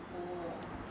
oh